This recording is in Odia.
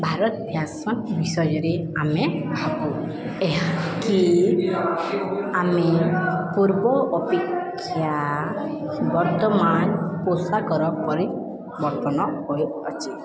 ଭାରତ ଫ୍ୟାସନ ବିଷୟରେ ଆମେ ଭାବୁ ଏହାକି ଆମେ ପୂର୍ବ ଅପେକ୍ଷା ବର୍ତ୍ତମାନ ପୋଷାକର ପରିବର୍ତ୍ତନ ହୋଇ ଅଛି